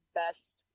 best